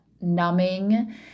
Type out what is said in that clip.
numbing